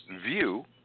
view